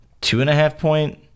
two-and-a-half-point